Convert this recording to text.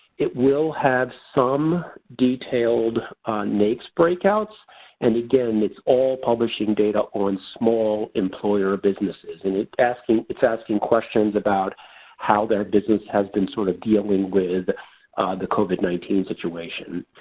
it will have some detailed naics breakouts and again, it's all publishing data on small employer businesses and it's asking it's asking questions about how that business has been sort of dealing with the covid nineteen situation.